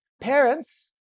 parents